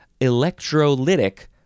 electrolytic